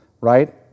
right